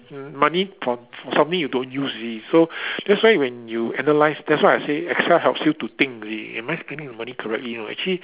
money for for something you don't use you see so that's why when you analyse that's why I say Excel helps you to think you see am I spending the money correctly or actually